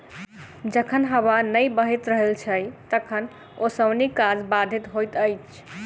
जखन हबा नै बहैत रहैत छै तखन ओसौनी काज बाधित होइत छै